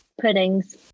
puddings